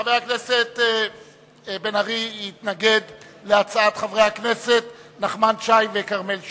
חבר הכנסת בן-ארי יתנגד להצעת חברי הכנסת נחמן שי וכרמל שאמה.